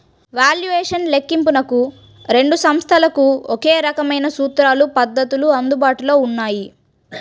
valuation లెక్కింపునకు రెండు సంస్థలకు ఒకే రకమైన సూత్రాలు, పద్ధతులు అందుబాటులో ఉన్నాయి